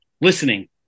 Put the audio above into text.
listening